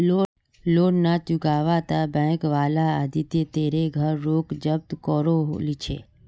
loan ना चुकावाता bank वाला आदित्य तेरे घर रोक जब्त करो ली छे